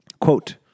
Quote